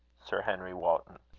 sir henry wotton.